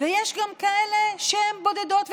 ויש גם כאלה שהם בודדות ובודדים,